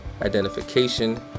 Identification